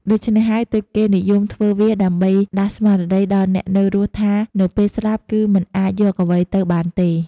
ដូច្នេះហើយទើបគេនិយមធ្វើវាដើម្បីដាស់ស្មារតីដល់អ្នកនៅរស់ថានៅពេលស្លាប់គឺមិនអាចយកអ្វីទៅបានទេ។